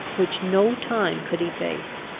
which no time could efface.